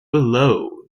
below